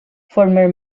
former